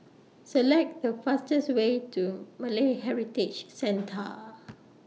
Select The fastest Way to Malay Heritage Centre